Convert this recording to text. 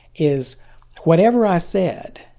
is whatever i sa id,